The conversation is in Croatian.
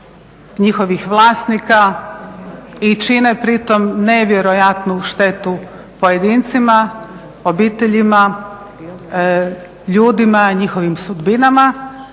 njihovih vlasnika i čine pritom nevjerojatnu štetu pojedincima, obiteljima, ljudima, njihovim sudbinama,